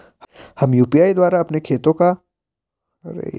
हम यु.पी.आई द्वारा अपने खातों का ट्रैन्ज़ैक्शन देख सकते हैं?